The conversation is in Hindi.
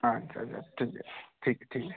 अच्छा छा चलिए ठीक ठीक है